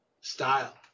style